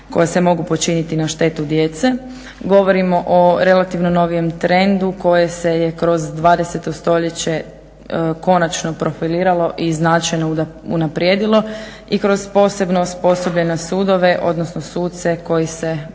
koja se mogu počiniti na štetu djece. Govorimo o relativno novijem trendu koje se je kroz 20.stoljeće konačno profiliralo i značajno unaprijedilo i kroz posebno osposobljene sudove odnosno suce koji se